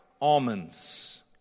almonds